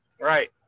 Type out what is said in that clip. Right